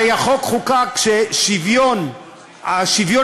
הרי החוק חוקק כשהשוויון המגדרי,